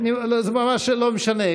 זה ממש לא משנה.